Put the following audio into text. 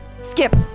skip